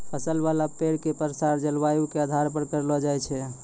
फल वाला पेड़ के प्रसार जलवायु के आधार पर करलो जाय छै